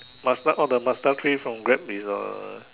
Mazda all the Mazda three from Grab is uh